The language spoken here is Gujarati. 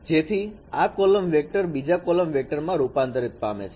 જેથી આ કોલમ વેક્ટર બીજા કોલમ વેક્ટર માં રૂપાંતર પામે છે